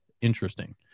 interesting